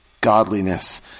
godliness